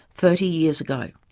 thirty years ago.